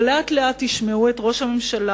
ולאט-לאט תשמעו את ראש הממשלה,